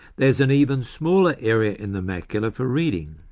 there is an even smaller area in the macula for reading.